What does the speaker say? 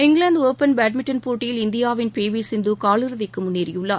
England open badminton போட்டியில் இந்தியாவின் P V Sindhu காலிறுதிக்கு முன்னேறியுள்ளார்